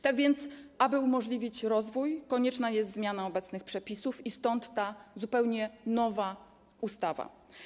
Tak więc, aby umożliwić rozwój, konieczna jest zmiana obecnych przepisów i stąd ta zupełnie nowa ustawa.